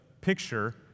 picture